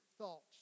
thoughts